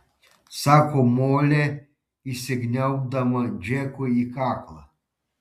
sako molė įsikniaubdama džekui į kaklą